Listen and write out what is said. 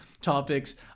Topics